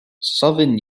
southern